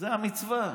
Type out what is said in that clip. זו המצווה,